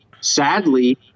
sadly